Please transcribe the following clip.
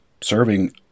serving